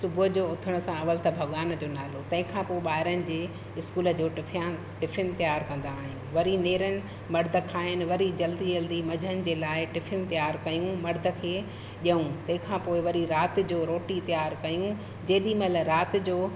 सुबुह जो उथण सां अवल त भॻवान जो नालो तंहिंखां पोइ ॿारनि जे स्कूल जो टिफियान टिफिन तयार कंदा आहियूं वरी नेरनि मर्द खाइन वरी जल्दी जल्दी मंझंदि जे लाइ टिफिन तयार कयूं मर्द खे ॾेयूं तंहिंखां पोइ वरी राति जो रोटी तयार कयूं जेॾीमहिल राति जो